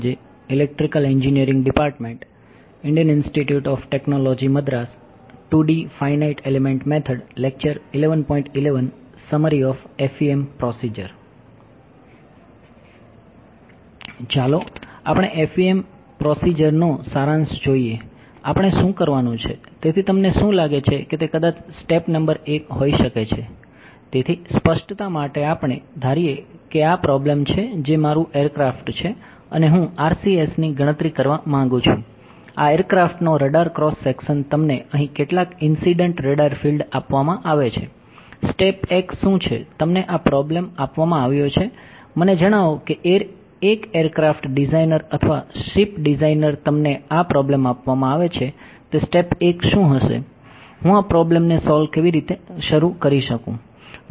ચાલો આપણે FEM procedure ને સોલ્વ કેવી રીતે શરૂ કરી શકું